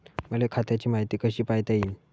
मले खात्याची मायती कशी पायता येईन?